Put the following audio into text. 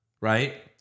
Right